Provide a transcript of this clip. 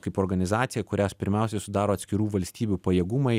kaip organizaciją kurią pirmiausiai sudaro atskirų valstybių pajėgumai